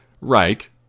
Reich